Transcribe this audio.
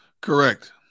Correct